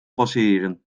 passeren